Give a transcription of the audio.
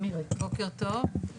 בוקר טוב,